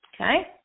Okay